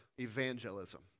evangelism